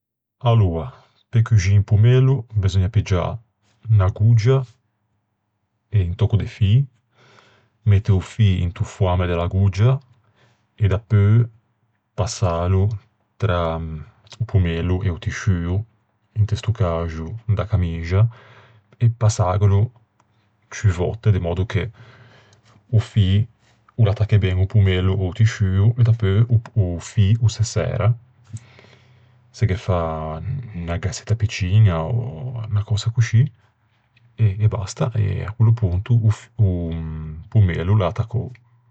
Aloa, pe cuxî un pommello beseugna piggiâ unn'agoggia e un tòcco de fî. Mette o fî into foamme de l'agoggia e dapeu passâlo tra o pommello e o tisciuo, inte sto caxo da camixa. E passâghelo ciù vòtte, de mòddo che o fî o l'attacche ben o pommello a-o tisciuo. E dapeu o-o fî o se særa. Se ghe fa unna gassetta picciña, ò unna cösa coscì, e e basta. E à quello ponto o pommello o l'é attaccou.